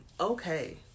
Okay